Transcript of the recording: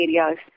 areas